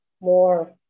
more